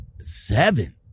Seven